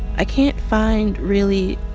i can't find, really,